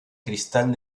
cristal